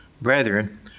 brethren